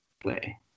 play